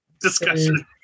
discussion